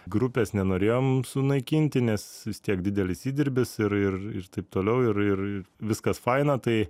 grupės nenorėjom sunaikinti nes vis tiek didelis įdirbis ir ir ir taip toliau ir ir viskas faina tai